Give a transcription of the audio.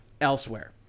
elsewhere